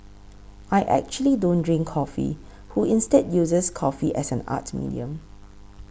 I actually don't drink coffee who instead uses coffee as an art medium